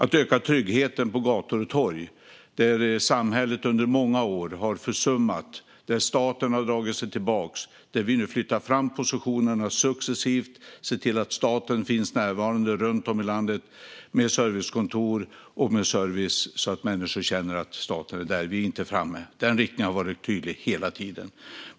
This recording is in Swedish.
Vi ökar tryggheten på gator och torg. Där samhället under många har försummat och där staten har dragit sig tillbaka flyttar vi nu fram positionerna successivt och ser till att staten finns närvarande runt om i landet med servicekontor och service så att människor känner att staten är där. Vi är inte framme. Men den riktningen har varit tydlig hela tiden.